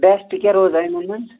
best کیٛاہ روزن یِمن منٛز